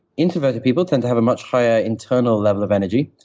introverted people tend to have a much higher internal level of energy,